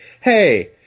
Hey